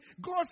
God